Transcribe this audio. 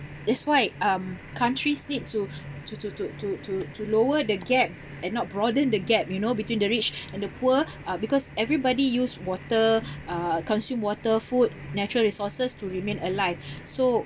that's why um countries need to to to to to to to lower the gap and not broaden the gap you know between the rich and the poor uh because everybody use water uh consume water food natural resources to remain alive so